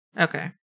Okay